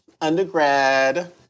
undergrad